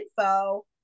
info